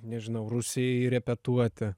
nežinau rūsy repetuoti